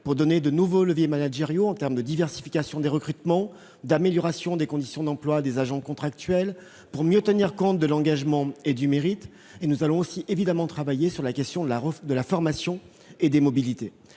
pour créer de nouveaux leviers managériaux en matière de diversification des recrutements et d'amélioration des conditions d'emploi des agents contractuels, mais aussi pour mieux tenir compte de l'engagement et du mérite. Nous allons aussi travailler, à l'évidence, sur la question de la formation et des mobilités.